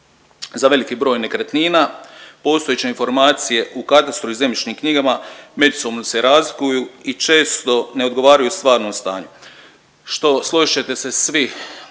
Za veliki broj nekretnina postojeće informacije u katastru i zemljišnim knjigama međusobno se razlikuju i često ne odgovaraju stvarnom stanju, što složit ćete se svi,